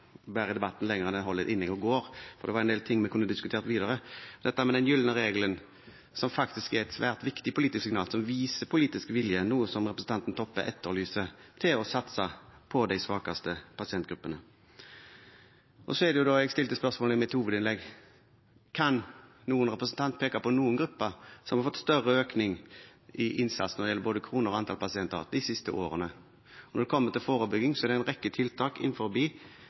i debatten lenger enn til en har holdt innlegg – og går: Det var en del ting vi kunne diskutert videre, som dette med den gylne regelen, som er et svært viktig politisk signal, som viser politisk vilje – noe som representanten Toppe etterlyser – til å satse på de svakeste pasientgruppene. Jeg stilte spørsmålet i mitt hovedinnlegg: Kan noen representant peke på noen gruppe som har fått større økning i innsats når det gjelder både kroner og antall pasienter de siste årene? Når det kommer til forebygging, er det en rekke tiltak